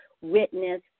witness